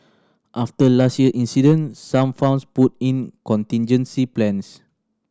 after last year incident some farms put in contingency plans